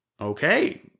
Okay